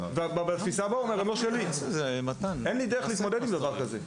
ובבית המשפט הוא אומר: ״הן לא שלי.״ אין לי דרך להתמודד עם דבר כזה.